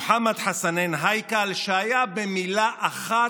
מוחמד חסנין הייכל, שהיה, במילה אחת,